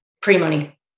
pre-money